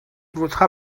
votre